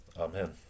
amen